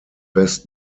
best